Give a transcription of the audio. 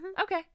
okay